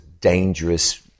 dangerous